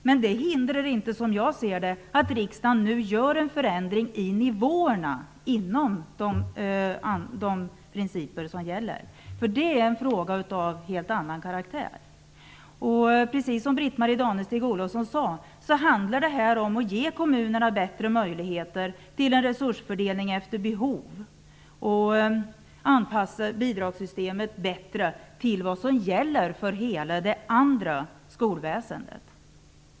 Men som jag ser det hindrar inte detta att riksdagen nu gör en förändring i nivåerna inom de principer som nu gäller. Det är en fråga av helt annan karaktär. Precis som Britt-Marie Danestig-Olofsson sade handlar det här om att ge kommunerna bättre möjligheter till en resursfördelning efter behov. Det anpassar också bidragssystemet bättre till vad som gäller för hela det andra skolväsendet.